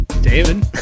David